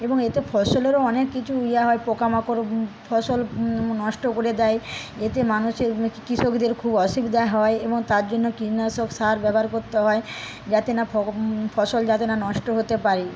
এবং এতে ফসলেরও অনেক কিছু ইয়ে হয় পোকামাকড় ফসল নষ্ট করে দেয় এতে মানুষের কৃষকদের খুব অসুবিধা হয় এবং তার জন্য কীটনাশক সার ব্যবহার করতে হয় যাতে না ফসল যাতে না নষ্ট হতে পারে